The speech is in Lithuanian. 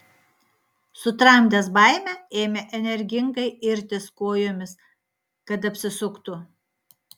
sutramdęs baimę ėmė energingai irtis kojomis kad apsisuktų